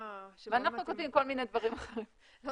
ואנחנו כותבים כל מיני דברים אחרים אני